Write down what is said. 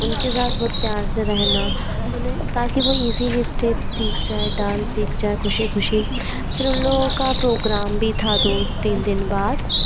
उनके सात बहुत प्यार से रहना उन्हें ताकि वो ईज़िली स्टेप सीख जाएं डांस सीख जाएं ख़ुशी ख़ुशी फिर उन लोगों का प्रोग्राम भी था दो तीन दिन बाद